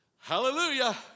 Hallelujah